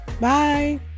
Bye